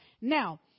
Now